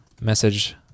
message